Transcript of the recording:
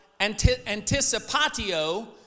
anticipatio